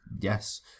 Yes